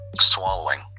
swallowing